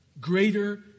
Greater